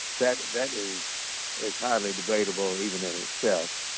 that that is it's highly debatable even in itself